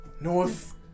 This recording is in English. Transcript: North